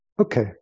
Okay